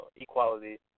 equality